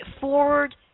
forward